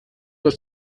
was